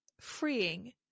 freeing